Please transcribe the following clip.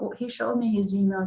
but he showed me his email.